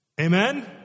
Amen